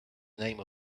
name